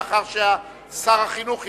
לאחר ששר החינוך ישיב,